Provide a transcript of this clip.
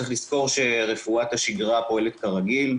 צריך לזכור שרפואת השגרה פועלת כרגיל,